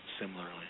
similarly